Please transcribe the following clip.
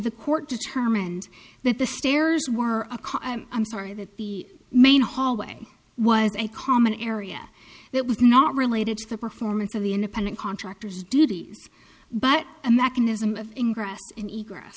the court determined that the stairs were i'm sorry that the main hallway was a common area that was not related to the performance of the independent contractors duties but a mechanism of ingress and e